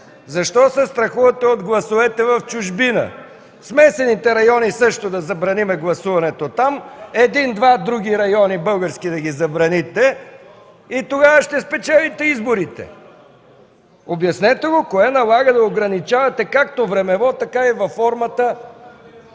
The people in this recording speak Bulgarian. Защо се страхувате от гласовете в чужбина? В смесените райони също да забраним гласуването, в един-два други български района да ги забраните и тогава ще спечелите изборите. Обяснете го – кое налага да ограничавате както времево, така и във формата